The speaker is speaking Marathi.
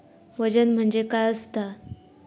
वजन म्हणजे काय असता?